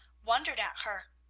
wondered at her.